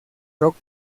rock